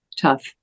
tough